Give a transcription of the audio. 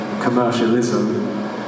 commercialism